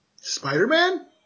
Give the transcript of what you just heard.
Spider-Man